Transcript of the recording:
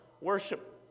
worship